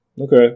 Okay